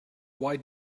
why